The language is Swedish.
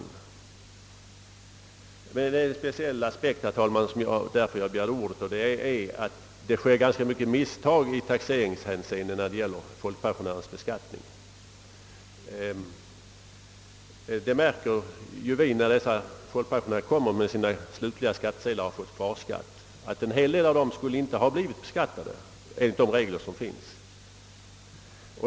Det är emellertid en särskild anledning till att jag har begärt ordet, nämligen att det begås ganska många misstag i taxeringshänseende vid folkpen sionärernas beskattning. Vi som arbetar med dessa saker ser, när folkpensionärer med kvarskatt kommer med sina skattsedlar på slutlig skatt, att många av dem inte skulle ha blivit beskattade, enligt gällande regler.